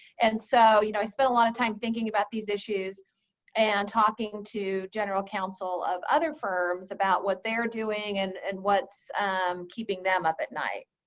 and so you know, i spent a lot of time thinking about these issues and talking to general counsel of other firms about what they are doing and and what's um keeping them up at night.